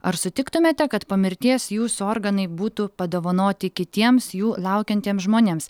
ar sutiktumėte kad po mirties jūsų organai būtų padovanoti kitiems jų laukiantiems žmonėms